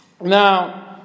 now